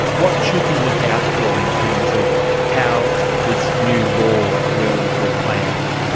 what should we look out for in terms of how this new law will will play out?